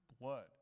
blood